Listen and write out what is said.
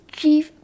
chief